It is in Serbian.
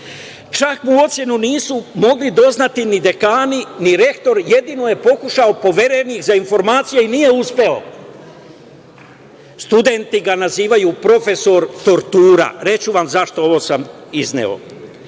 Čak mu ocenu nisu mogli doznati ni dekani, ni rektor. Jedino je pokušao Poverenik za informacije i nije uspeo. Studenti ga nazivaju – profesor tortura. Reći ću vam zašto sam ovo izneo.